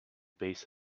base